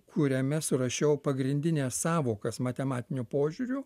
kuriame surašiau pagrindines sąvokas matematiniu požiūriu